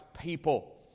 people